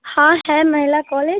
हाँ है महिला कॉलेज